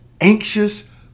anxious